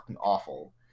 awful